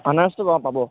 আনাৰসতোটো অঁ পাব